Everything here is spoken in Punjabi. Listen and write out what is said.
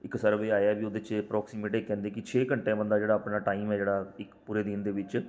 ਇੱਕ ਸਰਵੇ ਆਇਆ ਵੀ ਉਹਦੇ 'ਚ ਅਪਰੋਕਸੀਮੇਟ ਇਹ ਕਹਿੰਦੇ ਕਿ ਛੇ ਘੰਟਿਆਂ ਬੰਦਾ ਜਿਹੜਾ ਆਪਣਾ ਟਾਈਮ ਹੈ ਜਿਹੜਾ ਇੱਕ ਪੂਰੇ ਦਿਨ ਦੇ ਵਿੱਚ